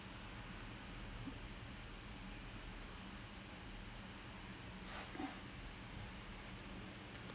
அது யோசிச்சிட்டே இருக்கேன்:athu yosichitte iruken like when I like especially now err like like bowling போடுறப்போ:podurappo right you kind of have to like lock your leg and then like